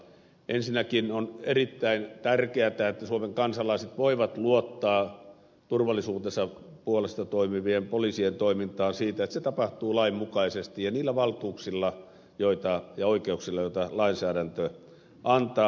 ensinnäkin on erittäin tärkeätä että suomen kansalaiset voivat luottaa heidän turvallisuutensa puolesta toimivien poliisien toimintaan siinä että se tapahtuu lainmukaisesti ja niillä valtuuksilla ja oikeuksilla joita lainsäädäntö antaa